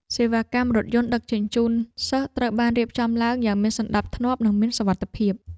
សេវាកម្មរថយន្តដឹកជញ្ជូនសិស្សត្រូវបានរៀបចំឡើងយ៉ាងមានសណ្តាប់ធ្នាប់និងមានសុវត្ថិភាព។